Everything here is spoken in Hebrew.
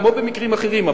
כמו במקרים אחרים,